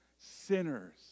sinners